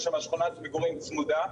יש שמה שכונת מגורים צמודה,